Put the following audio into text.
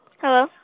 Hello